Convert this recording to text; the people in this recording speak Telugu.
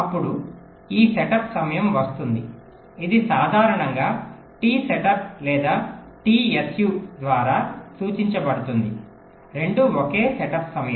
అప్పుడు ఈ సెటప్ సమయం వస్తుంది ఇది సాధారణంగా టి సెటప్ లేదా టి సు ద్వారా సూచించబడుతుంది రెండూ ఒకే సెటప్ సమయం